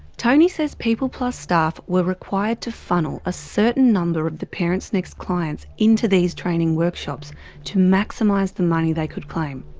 tony says peopleplus staff were required to funnel a certain number of the parentsnext clients into these training workshops to maximise the money they could claim.